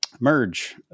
Merge